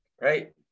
right